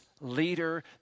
leader